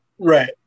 Right